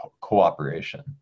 cooperation